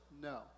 no